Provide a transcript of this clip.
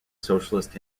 socialist